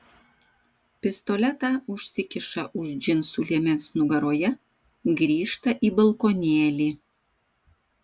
pistoletą užsikiša už džinsų liemens nugaroje grįžta į balkonėlį